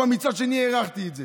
אבל מצד שני הערכתי את זה.